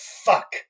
fuck